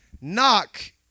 Knock